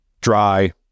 Dry